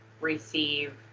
receive